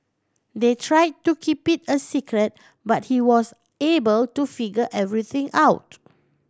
they try to keep it a secret but he was able to figure everything out